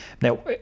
Now